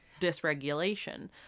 dysregulation